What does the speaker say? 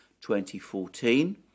2014